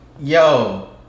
Yo